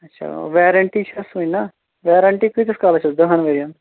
اَچھا وَیٚرَنٛٹِی چھَس وُنہِ نا وَیٚرَنٛٹِی کۭتِس کالَس چھَس دَہَن ؤرۍیَن